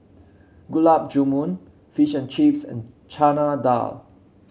Gulab Jamun Fish and Chips and Chana Dal